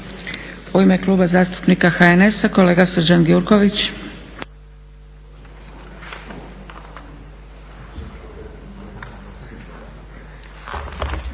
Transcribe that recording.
U ime Kluba zastupnika HNS-a kolega Srđan Gjurković.